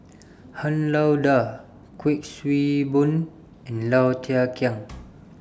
Han Lao DA Kuik Swee Boon and Low Thia Khiang